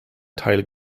teil